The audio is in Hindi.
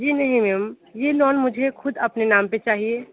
जी नहीं मैम ये लोन मुझे खुद अपने नाम पे चाहिए